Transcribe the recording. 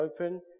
open